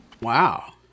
Wow